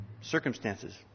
circumstances